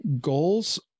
goals